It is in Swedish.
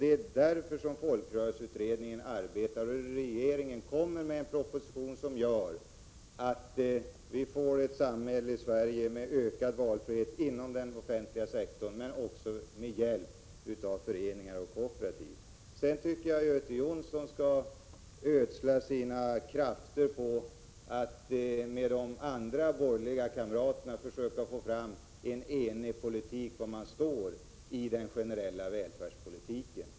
Det är därför som folkrörelseutredningen arbetar och regeringen kommer med en proposition, som gör att det i det svenska samhället kommer att bli ökad valfrihet, inom den offentliga sektorn men också med hjälp av föreningar och kooperativ. Jag tycker att Göte Jonsson skall ödsla sina krafter på att med de borgerliga kamraterna försöka få till stånd en enighet om den generella välfärdspolitiken.